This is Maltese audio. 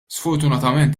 sfortunatament